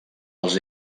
els